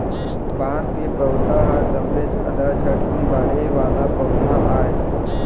बांस के पउधा ह सबले जादा झटकुन बाड़हे वाला पउधा आय